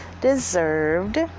deserved